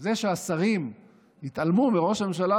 זה שהשרים התעלמו מראש הממשלה,